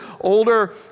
older